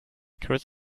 great